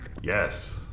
Yes